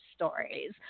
stories